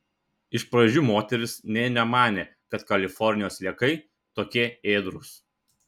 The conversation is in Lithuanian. iš pradžių moteris nė nemanė kad kalifornijos sliekai tokie ėdrūs